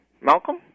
Malcolm